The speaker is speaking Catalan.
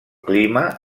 clima